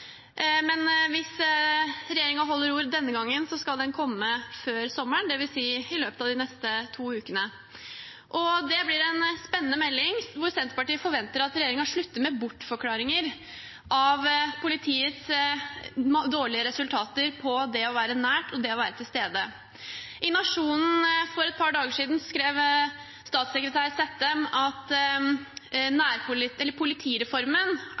men hvis regjeringen holder ord denne gangen, skal den komme før sommeren, dvs. i løpet av de neste to ukene. Det blir en spennende melding, hvor Senterpartiet forventer at regjeringen slutter med bortforklaringer av politiets dårlige resultater med tanke på det å være nær og det å være til stede. I Nationen for et par dager siden skrev statssekretær Kleppen Sættem at